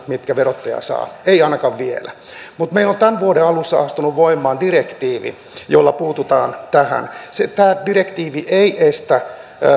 mitkä verottaja saa eivät ole yleisöjulkisia eivät ainakaan vielä mutta meillä on tämän vuoden alussa astunut voimaan direktiivi jolla puututaan tähän tämä direktiivi ei estä